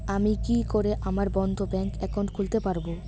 আমি কি করে আমার বন্ধ ব্যাংক একাউন্ট খুলতে পারবো?